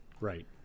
Right